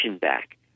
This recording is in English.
back